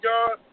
God